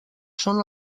són